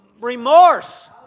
remorse